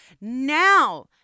now